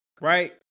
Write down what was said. Right